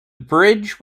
bridge